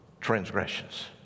transgressions